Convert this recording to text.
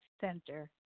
center